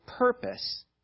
purpose